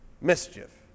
mischief